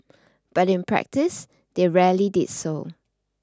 but in practice they rarely did so